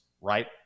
right